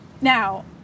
Now